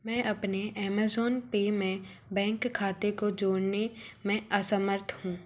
मैं अपने Amazon Pay में बैंक खाते को जोड़ने में असमर्थ हूँ